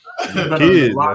Kids